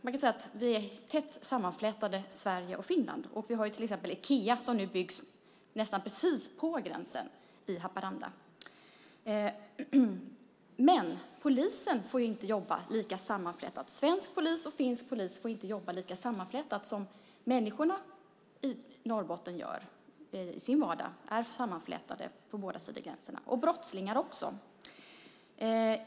Man kan säga att Sverige och Finland är tätt sammanflätade. Vi har till exempel Ikea som nu byggs nästan precis på gränsen i Haparanda. Men polisen får inte jobba lika sammanflätat. Svensk polis och finsk polis får inte jobba lika sammanflätat som människorna i Norrbotten gör i sin vardag. De är sammanflätade på båda sidor gränsen. Det är brottslingar också.